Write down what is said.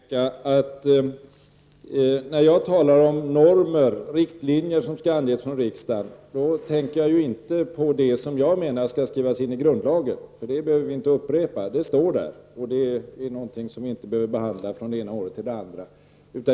Herr talman! Låt mig bara få påpeka att när jag talar om normer och riktlinjer som skall anges av riksdagen, tänker jag inte på det som jag menar skall skrivas in i grundlagen, för det behöver vi inte upprepa. Det står där och behöver inte behandlas från ena året till det andra.